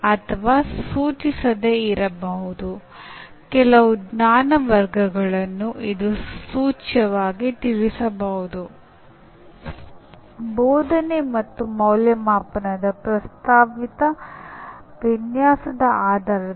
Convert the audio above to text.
ಈ ಅರಿವಿನ ಸಾಮರ್ಥ್ಯಗಳ ಬಗ್ಗೆ ನಾವು ಹೆಚ್ಚು ತಿಳಿದುಕೊಳ್ಳೋಣ ಮತ್ತು ಇವುಗಳಲ್ಲಿ ಗುರುತಿಸುವಿಕೆ ನೆನಪು ತಿಳುವಳಿಕೆ ಅಪ್ಲಿಕೇಶನ್ ಪ್ರತಿಫಲನ ವಿಶ್ಲೇಷಣೆ ಮೌಲ್ಯಮಾಪನ ಮತ್ತು ಸೃಷ್ಟಿ ಸೇರಿವೆ